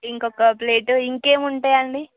ఇంకొక ప్లేటు ఇంకా ఏమి ఉంటాయండి